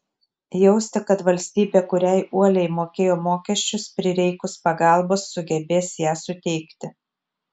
jausti kad valstybė kuriai uoliai mokėjo mokesčius prireikus pagalbos sugebės ją suteikti